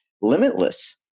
limitless